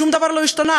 שום דבר לא השתנה.